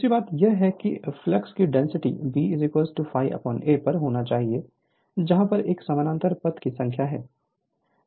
दूसरी बात यह है कि फ्लक्स की डेंसिटी B ∅ a पर होना चाहिए जहां पर a समानांतर पथ की संख्या है